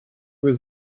was